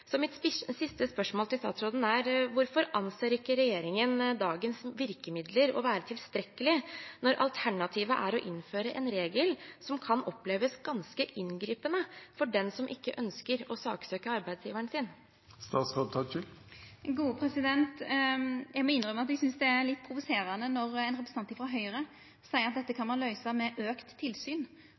Så mitt siste spørsmål til statsråden er: Hvorfor anser ikke regjeringen dagens virkemidler som å være tilstrekkelige, når alternativet er å innføre en regel som kan oppleves ganske inngripende for dem som ikke ønsker å saksøke arbeidsgiveren sin? Eg må innrømma at eg synest det er litt provoserande når ein representant frå Høgre seier at dette kan ein løysa med økt tilsyn.